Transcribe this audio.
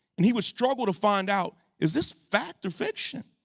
and he would struggle to find out, is this fact fiction?